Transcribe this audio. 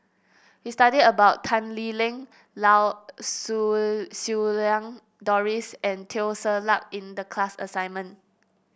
we studied about Tan Lee Leng Lau Siew Siew Lang Doris and Teo Ser Luck in the class assignment